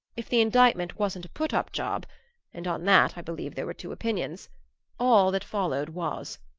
if the indictment wasn't a put-up job and on that i believe there were two opinions all that followed was.